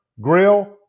grill